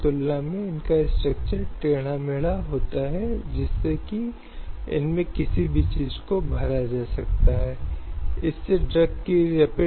तो चाहे वह सेक्स बाजार से संबंधित हो या श्रम बाजार या शोषण के अन्य रूपों से